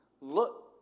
Look